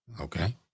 okay